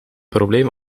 probleem